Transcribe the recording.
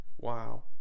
wow